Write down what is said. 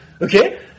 Okay